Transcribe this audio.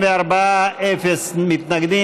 מי נגד?